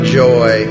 joy